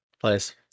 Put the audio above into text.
place